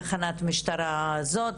תחנת משטרה זאת,